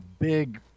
big